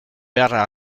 beharra